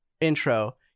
intro